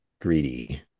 greedy